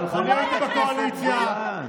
אבל חברת הכנסת גולן.